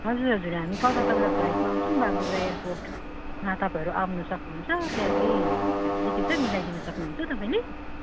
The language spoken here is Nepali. हजुर हजुर हामी कलकत्ताबाट फ्लाइटमा आउँछौँ बागडोगरा एयरपोर्टमा तपाईँहरू आउनु सक्नुहुन्छ त्यहाँ केही फ्यासिलिटी छ मिलाइदिनु सक्नुहुन्छ तपाईँले